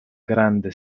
grande